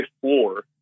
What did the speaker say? floor